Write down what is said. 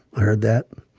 heard that